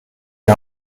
die